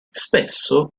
spesso